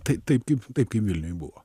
tai taip kaip taip kaip vilniuj buvo